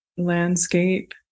landscape